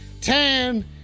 Ten